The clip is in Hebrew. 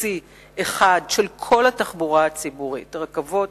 ארצי אחד של כל התחבורה הציבורית, הרכבות,